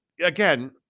again